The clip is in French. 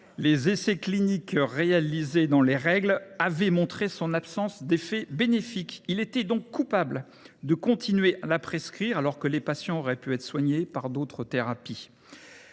Les essais cliniques réalisés dans les règles avaient montré l’absence d’effet bénéfique de ce produit. Il était donc coupable de continuer de le prescrire, alors que les patients auraient pu être soignés par d’autres thérapies.